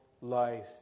life